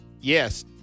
Yes